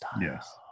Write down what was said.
Yes